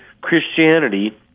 Christianity